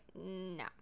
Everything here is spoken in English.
no